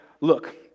look